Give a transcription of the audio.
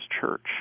church